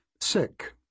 sick